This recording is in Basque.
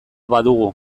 badugu